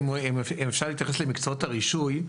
אם אפשר להתייחס למקצועות הרישוי,